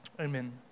Amen